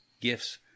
gifts